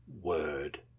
word